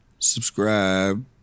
subscribe